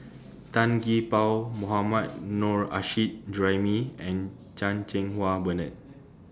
Tan Gee Paw Mohammad Nurrasyid Juraimi and Chan Cheng Wah Bernard